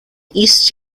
east